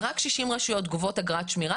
ורק 60 רשויות גובות אגרת שמירה,